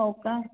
हो का